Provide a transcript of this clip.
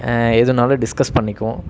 எதுனாலும் டிஸ்கஸ் பண்ணிக்குவோம்